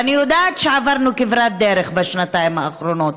ואני יודעת שעברנו כברת דרך בשנתיים האחרונות.